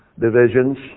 divisions